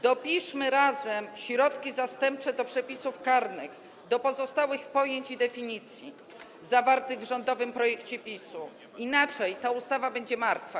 Dopiszmy razem środki zastępcze do przepisów karnych, do pozostałych pojęć i definicji zawartych w rządowym projekcie PiS-u, inaczej ta ustawa będzie martwa.